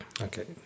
Okay